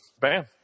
bam